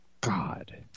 God